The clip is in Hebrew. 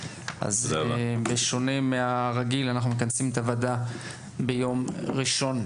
אז בשונה מהרגיל אנחנו מכנסים את הוועדה ביום ראשון.